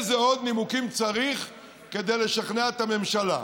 איזה עוד נימוקים צריך כדי לשכנע את הממשלה?